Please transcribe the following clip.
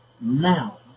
Now